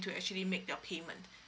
to actually make the payment